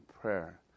prayer